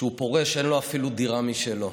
כשהוא פורש אין לו אפילו דירה משלו,